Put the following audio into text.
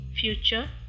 future